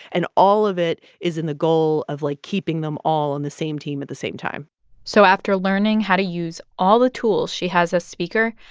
and all of it is in the goal of, like, keeping them all on the same team at the same time so after learning how to use all the tools she has as speaker,